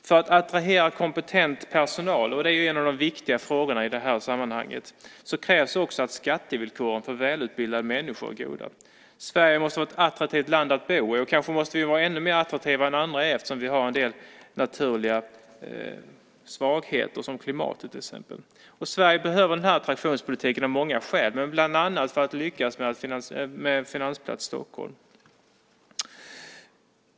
För att attrahera kompetent personal - det är en av de viktigaste frågorna i det här sammanhanget - krävs också att skattevillkoren för välutbildade människor är goda. Sverige måste vara ett attraktivt land att bo i, och kanske måste vi vara ännu mer attraktiva än andra eftersom vi har en del naturliga svagheter, till exempel klimatet. Sverige behöver denna attraktionspolitik av många skäl, bland annat för att vi ska lyckas med Finansplats Stockholm.